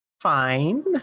Fine